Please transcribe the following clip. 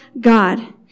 God